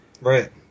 right